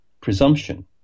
Presumption